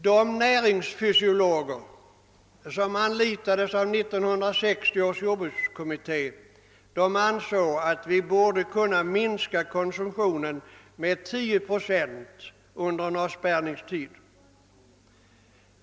De näringsfysiologer som anlitades av 1960 års jordbrukskommitté ansåg att vi borde kunna minska konsumtionen med 10 procent under en avspärrningstid.